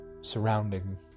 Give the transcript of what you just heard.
surrounding